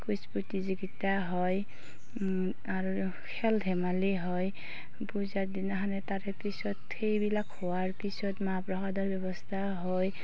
quiz প্ৰতিযোগিতা হয় আৰু খেল ধেমালি হয় পূজাৰ দিনাখনে তাৰেপিছত সেইবিলাক হোৱাৰ পিছত মাহ প্ৰসাদৰ ব্যৱস্থা হয়